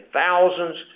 thousands